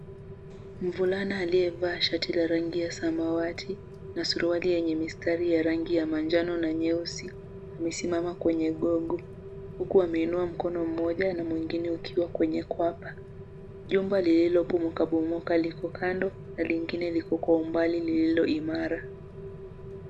Mvulana aliyevaa shati la rangi ya samawati na suruali yenye mistari ya rangi ya manjano na nyeusi amesimama kwenye gogo huku ameinua mkono mmoja na mwingine ukiwa kwenye kwapa. Jumba lililobomokabomoka liko kando na lingine liko kwa umbali lililo imara.